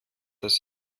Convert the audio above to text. dass